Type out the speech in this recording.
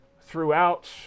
throughout